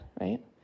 right